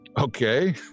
Okay